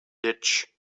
ditch